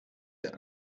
der